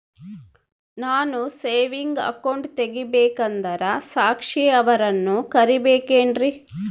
ನಾನು saving account ತೆಗಿಬೇಕಂದರ ಸಾಕ್ಷಿಯವರನ್ನು ಕರಿಬೇಕಿನ್ರಿ?